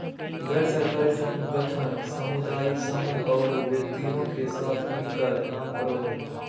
गैर सरकारी संगठन सामुदायिक समूह औरो व्यक्ति के साथ मिलकर काम करो हइ